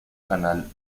canal